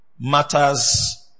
matters